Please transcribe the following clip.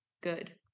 good